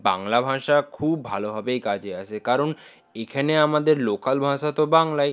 বাংলা ভাষা খুব ভালোভাবেই কাজে আসে কারণ এখানে আমাদের লোকাল ভাষা তো বাংলাই